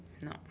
no